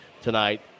tonight